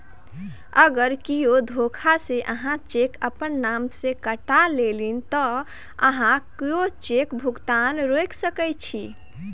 अगर कियो धोखासँ अहाँक चेक अपन नाम सँ कटा लेलनि तँ अहाँ ओहि चेकक भुगतान रोकि सकैत छी